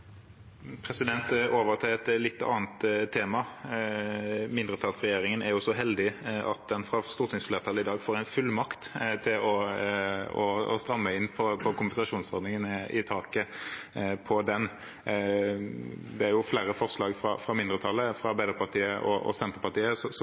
Over til et litt annet tema: Mindretallsregjeringen er jo så heldig at den fra stortingsflertallet i dag får en fullmakt til å stramme inn på kompensasjonsordningen, taket på den. Det er jo flere forslag fra mindretallet. Fra Arbeiderpartiet og Senterpartiet foreligger det et etter min mening ganske moderat forslag om å senke taket fra